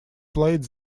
played